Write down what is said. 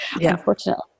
Unfortunately